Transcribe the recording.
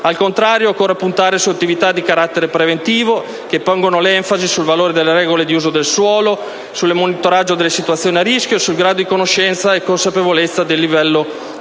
Al contrario, occorre puntare sulle attività di carattere preventivo, che pongano l'enfasi sul valore delle regole di uso del suolo, sul monitoraggio delle situazioni di rischio e sul grado di conoscenza e consapevolezza delle popolazioni